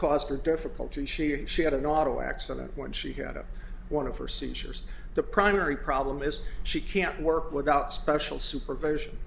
cost or difficulty she of she had an auto accident when she got to one of her seizures the primary problem is she can't work without special supervision